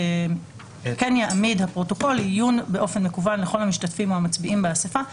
כן יעמיד הפרוטוקול עיון באופן מקוון לכל המשתתפים או המצביעים באספה,